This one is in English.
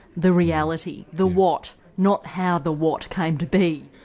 the reality, the what not how the what came to be.